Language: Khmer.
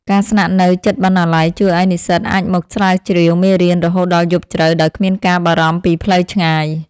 ការស្នាក់នៅជិតបណ្ណាល័យជួយឱ្យនិស្សិតអាចមកស្រាវជ្រាវមេរៀនរហូតដល់យប់ជ្រៅដោយគ្មានការបារម្ភពីផ្លូវឆ្ងាយ។